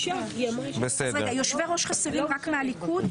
יושבי-ראש חסרים רק מהליכוד?